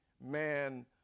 man